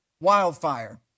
wildfire